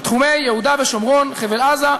בתחומי יהודה ושומרון, חבל-עזה,